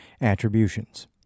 attributions